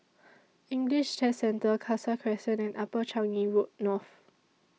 English Test Centre Khalsa Crescent and Upper Changi Road North